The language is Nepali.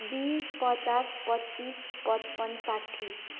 बिस पचास पच्चिस पच्पन्न साठी